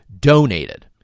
donated